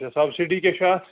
ہے subsidy کیٛاہ چھُ اَتھ